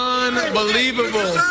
unbelievable